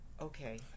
Okay